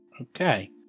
Okay